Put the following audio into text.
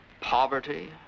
poverty